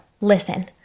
listen